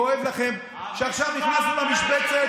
כואב לכם שעכשיו נכנסתם למשבצת,